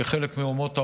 כחלק מאומות העולם,